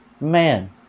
Man